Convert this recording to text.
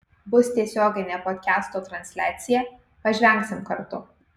bus tiesioginė podkasto transliacija pažvengsim kartu